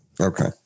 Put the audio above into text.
Okay